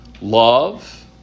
love